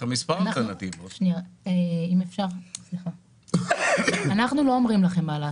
אנחנו לא אומרים לכם מה לעשות,